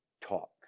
talk